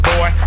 Boy